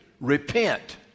repent